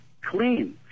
clean